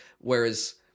Whereas